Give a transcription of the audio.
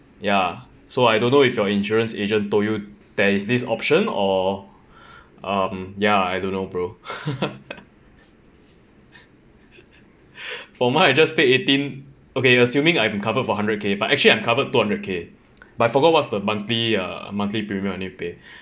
ya so I don't know if your insurance agent told you there is this option or um ya I don't know bro for mine I just paid eighteen okay assuming I'm covered for hundred K but actually I'm covered two hundred K but I forgot what's the monthly uh monthly premium I need to pay